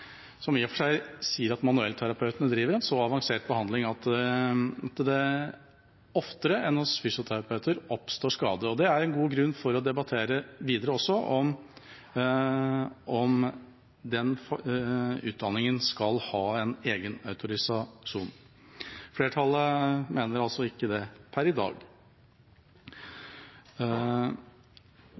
avansert behandling at det oftere enn hos fysioterapeuter oppstår skade, og det er en god grunn til å debattere videre om den utdanningen skal ha en egen autorisasjon. Flertallet mener altså ikke det per i dag.